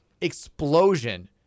explosion